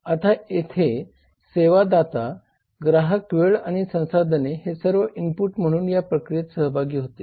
आता येथे सेवा दाता ग्राहक वेळ आणि संसाधने हे सर्व इनपुट म्हणून या प्रक्रियेत सहभागी होतील